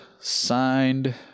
signed